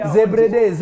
Zebrede